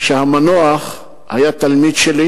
שהמנוח היה תלמיד שלי.